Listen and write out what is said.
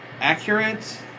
accurate